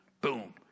boom